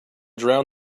drown